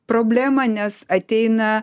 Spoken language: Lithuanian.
problemą nes ateina